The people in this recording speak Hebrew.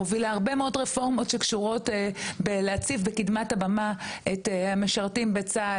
הובילה הרבה מאוד רפורמות שקשורות בלהציב בקדמת הבמה את המשרתים בצה"ל,